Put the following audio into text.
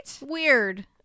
Weird